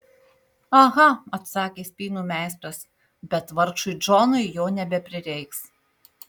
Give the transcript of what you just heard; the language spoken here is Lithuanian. aha atsakė spynų meistras bet vargšui džonui jo nebeprireiks